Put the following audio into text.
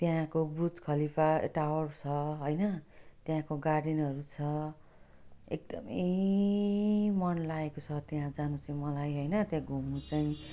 त्यहाँको Burj Khalifa tower छ होइन त्यहाँको गार्डनहरू छ एकदम मन लागेको छ त्यहाँ जानु चाहिँ मलाई होइन त्यहाँ घुम्नु चाहिँ